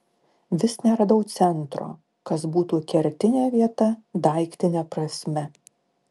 vis neradau centro kas būtų kertinė vieta daiktine prasme